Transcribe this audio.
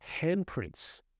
handprints